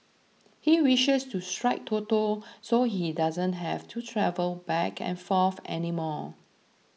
he wishes to strike Toto so he doesn't have to travel back and forth any more